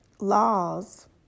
laws